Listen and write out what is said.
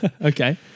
Okay